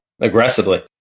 Aggressively